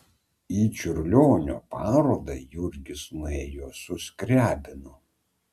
į čiurlionio parodą jurgis nuėjo su skriabinu